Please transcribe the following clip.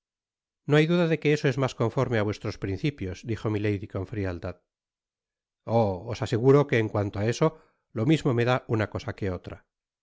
no hay duda de que eso es mas conforme á vuestros principios dijo mh lady con frialdad oh os aseguro que en cuanto á eso lo mismo me da una cosa qne otra